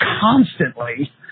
constantly